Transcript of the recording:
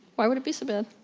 why would it be so bad?